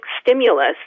stimulus